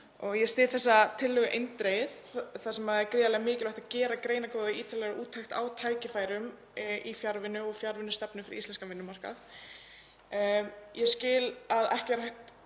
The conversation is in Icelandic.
Ég styð þessa tillögu eindregið þar sem það er gríðarlega mikilvægt að gera greinargóða og ítarlega úttekt á tækifærum í fjarvinnu og fjarvinnustefnu fyrir íslenskan vinnumarkað. Ég skil að ekki er